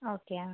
okay ಹಾಂ